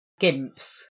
gimps